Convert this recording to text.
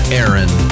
Aaron